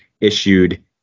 issued